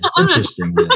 Interesting